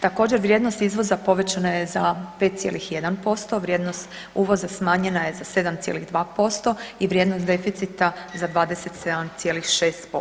Također vrijednost izvoza povećana je za 5,1%, vrijednost uvoza smanjena je za 7,2% i vrijednost deficita za 27,6%